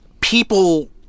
people